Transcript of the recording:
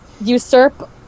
usurp